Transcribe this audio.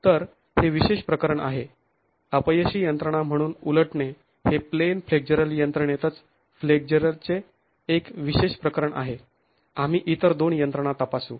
तर हे विशेष प्रकरण आहे अपयशी यंत्रणा म्हणून उलटने हे प्लेन फ्लेक्झरल यंत्रणेतच फ्लेक्झरचे एक विशेष प्रकरण आहे आम्ही इतर दोन यंत्रणा तपासू